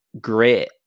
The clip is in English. great